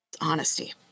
honesty